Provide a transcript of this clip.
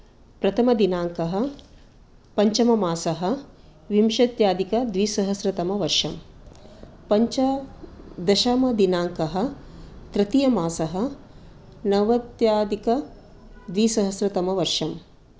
प्रथमदिनांकः पञ्चममासः विंशत्यादधिकद्विसहस्रतमवर्षम् पञ्च दशमदिनांकः तृतीयमासः नवत्याधिकद्विसहस्रतमवर्षम्